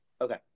Okay